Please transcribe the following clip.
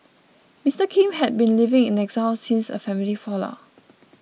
Mister Kim had been living in exile since a family fallout